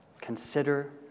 Consider